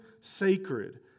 sacred